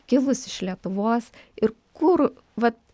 kilusi iš lietuvos ir kur vat